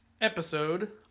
episode